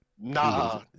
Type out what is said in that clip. Nah